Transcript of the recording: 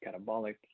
catabolic